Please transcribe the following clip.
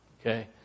okay